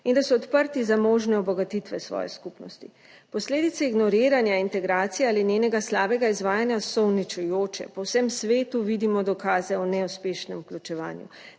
in da so odprti za možne obogatitve svoje skupnosti. Posledice ignoriranja integracije ali njenega slabega izvajanja so uničujoče, po vsem svetu vidimo dokaze o neuspešnem vključevanju.